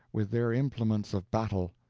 with their implements of battle.